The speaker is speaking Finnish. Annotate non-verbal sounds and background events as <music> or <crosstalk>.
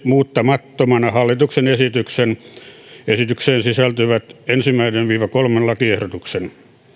<unintelligible> muuttamattomana hallituksen esitykseen sisältyvät ensimmäisen viiva kolmannen lakiehdotuksen